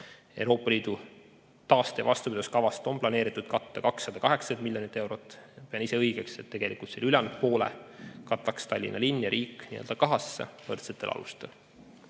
Euroopa Liidu taaste- ja vastupidavuskavast on planeeritud katta 280 miljonit eurot. Pean ise õigeks, et tegelikult selle ülejäänud poole kataks Tallinna linn ja riik kahasse võrdsetel alustel.